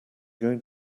going